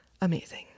amazing